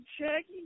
Shaggy